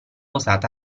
usata